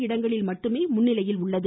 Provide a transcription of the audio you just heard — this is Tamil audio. இடங்களில் மட்டுமே முன்னிலையில் உள்ளது